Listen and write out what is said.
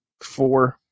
four